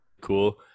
cool